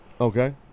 Okay